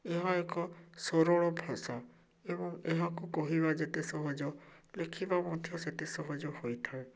ଏହା ଏକ ସରଳ ଭାଷା ଏବଂ ଏହାକୁ କହିବା ଯେତେ ସହଜ ଲେଖିବା ମଧ୍ୟ ସେତେ ସହଜ ହୋଇଥାଏ